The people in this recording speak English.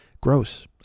gross